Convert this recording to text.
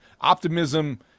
optimism